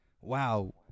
Wow